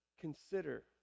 consider